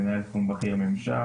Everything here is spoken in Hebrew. מנהל תחום בכיר ממשל,